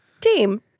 Team